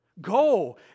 Go